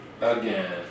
Again